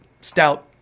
stout